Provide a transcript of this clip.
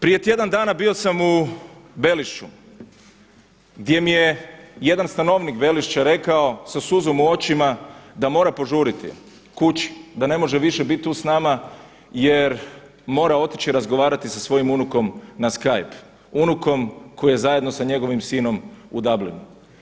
Prije tjedan dana bio sam u Belišću, gdje mi je jedan stanovnik Belišća rekao sa suzom u očima da mora požuriti kući da ne može više biti tu s nama jer mora otići razgovarati sa svojim unukom na skyp, unukom koji je zajedno sa njegovim sinom u Dublinu.